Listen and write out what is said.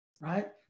right